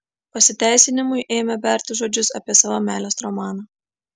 pasiteisinimui ėmė berti žodžius apie savo meilės romaną